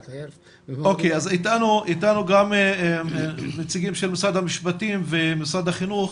איתנו גם נציגים של משרד המשפטים ומשרד החינוך,